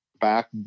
back